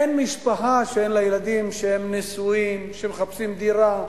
אין משפחה שאין לה ילדים נשואים שמחפשים דירה,